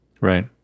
Right